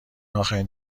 آخرین